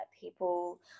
people